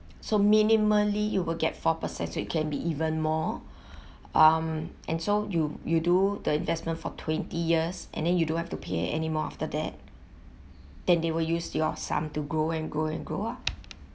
so minimally you will get four percent so it can be even more um and so you you do the investment for twenty years and then you don't have to pay anymore after that then they will use your sum to grow and grow and grow ah